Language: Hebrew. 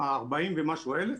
ה-40 ומשהו אלף,